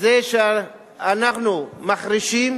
זה שאנחנו מחרישים,